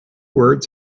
words